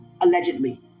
allegedly